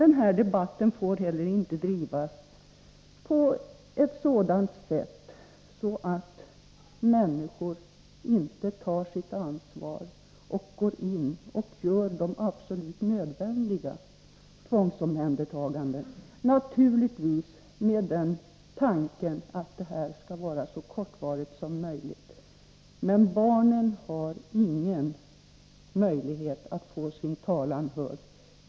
Men debatten får aldrig drivas på ett sådant sätt att människor inte tar sitt ansvar och gör de absolut nödvändiga tvångsomhändertagandena -— naturligtvis med tanken att de skall vara så kortvariga som möjligt. Barnen har ingen möjlighet att få sin talan förd.